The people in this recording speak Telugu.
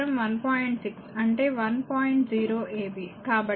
6 అంటే 1